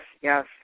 yes